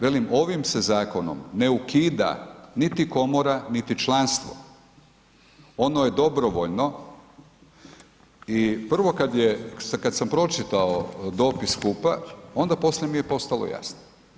Velim ovim se zakonom ne ukida niti komora, niti članstvo ono je dobrovoljno i prvo kad sam pročitao dopis HUP-a onda poslije mi je postalo jasno.